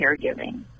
caregiving